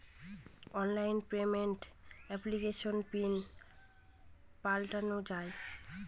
online payment এপ্লিকেশনে PIN পাল্টানো যায়